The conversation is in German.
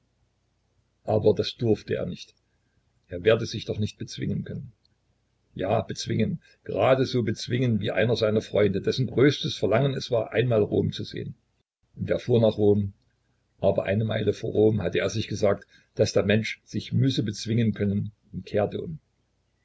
aber das durfte er nicht er werde sich doch noch bezwingen können ja bezwingen grade so bezwingen wie einer seiner freunde dessen größtes verlangen es war einmal rom zu sehen und er fuhr nach rom aber eine meile vor rom hatte er sich gesagt daß der mensch sich müsse bezwingen können und kehrte um